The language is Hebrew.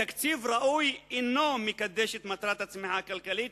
תקציב ראוי אינו מקדש את מטרת הצמיחה הכלכלית,